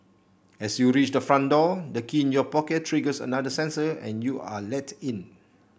as you reach the front door the key in your pocket triggers another sensor and you are let in